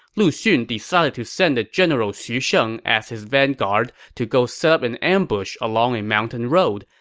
lu xun decided to send the general xu sheng as his vanguard to go set up an ambush along a mountain road,